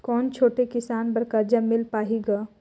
कौन छोटे किसान बर कर्जा मिल पाही ग?